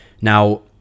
Now